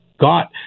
got